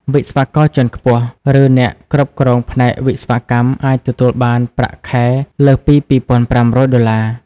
វិស្វករជាន់ខ្ពស់ ឬអ្នកគ្រប់គ្រងផ្នែកវិស្វកម្មអាចទទួលបានប្រាក់ខែលើសពី ២,៥០០ ដុល្លារ។